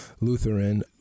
Lutheran